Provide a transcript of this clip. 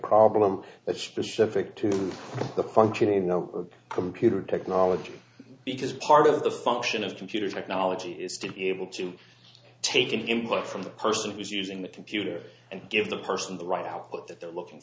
problem that's specific to the functioning of computer technology because part of the function of computer technology is to be able to take input from the person who is using the computer and give the person the right output that they're looking